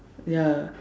ya